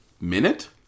Minute